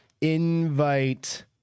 Invite